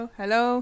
hello